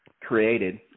created